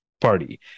party